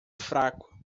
fraco